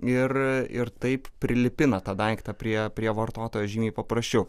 ir ir taip prilipina tą daiktą prie prie vartotojo žymiai paprasčiau